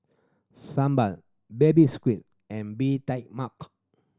sambal Baby Squid and Bee Tai Mak